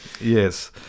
Yes